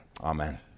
Amen